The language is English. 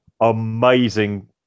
amazing